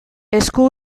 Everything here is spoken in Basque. esku